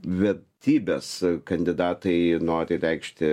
vertybės kandidatai nori reikšti